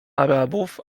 arabów